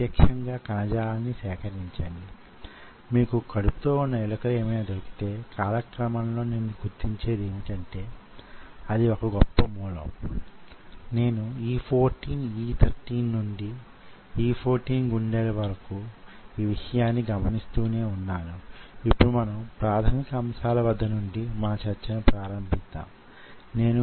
కానీ ముఖ్యంగా మనం గ్రహించవలసిన విషయం యేమంటే ఆసక్తికరమైన అనేకమైన కణజాలాలు న్యూరాన్లు skeletal muscle cardiac muscle smooth muscle కొన్ని ఎండోక్రీన్ గ్రంధులు వీటికి విద్యుత్ చర్యలే కాక యాంత్రిక చర్యలకు సంబంధించిన సామర్ధ్యం వుందన్న విషయం